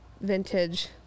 vintage